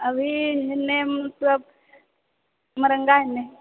अभी नहि मतलब मरंगा एने